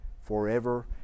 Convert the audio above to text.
forever